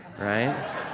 Right